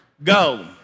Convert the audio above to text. Go